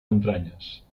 entranyes